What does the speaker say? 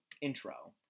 intro